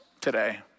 today